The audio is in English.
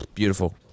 Beautiful